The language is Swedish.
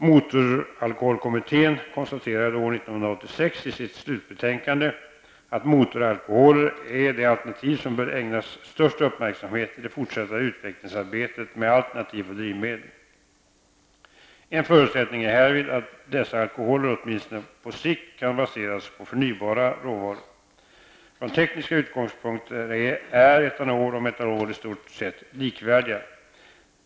1986 i sitt slutbetänkande att motoralkoholer är det alternativ som bör ägnas störst uppmärksamhet i det fortsatta utvecklingsarbetet med alternativa drivmedel. En förutsättning är härvid att dessa alkoholer åtminstone på sikt kan baseras på förnybara råvaror. Från tekniska utgångspunkter är etanol och metanol i stort sett likvärdiga.